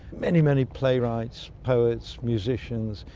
many, many playwrights, poets, musicians,